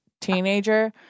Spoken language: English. teenager